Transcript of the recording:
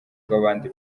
rw’abandi